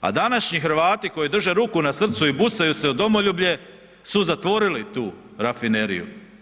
a današnji Hrvati koji drže ruku na srcu i busaju se u domoljublje su zatvorili tu rafineriju.